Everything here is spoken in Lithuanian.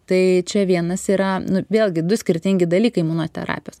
tai čia vienas yra nu vėlgi du skirtingi dalykai imunoterapijos